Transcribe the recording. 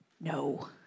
no